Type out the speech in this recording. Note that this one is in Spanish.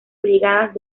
brigadas